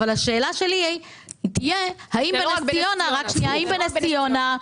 אבל שאלתי תהיה: האם בנס-ציונה -- זה לא רק נס-ציונה.